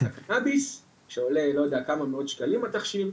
קנביס שעולה כמה מאות שקלים התכשיר,